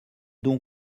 donc